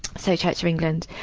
so, church of england.